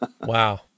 Wow